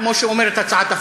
כמו שאומרת הצעת החוק?